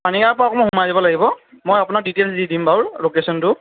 পানীগাঁৱৰ পৰা অকণমান সোমাই যাব লাগিব মই আপোনাক ডিটেইলচ্ দি দিম বাৰু লকেশ্যনটো